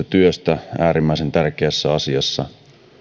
työstä äärimmäisen tärkeässä asiassa